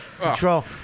control